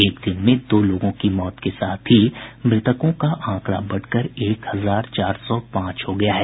एक दिन दो लोगों की मौत के साथ ही मृतकों का आंकड़ा बढ़कर एक हजार चार सौ पांच हो गया है